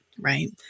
Right